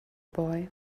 boy